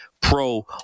pro